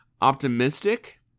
optimistic